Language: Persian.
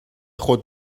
خود